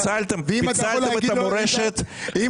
המורשת מבירת הנצח של העם היהודי.